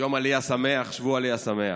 יום עלייה שמח, שבוע עלייה שמח.